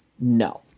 no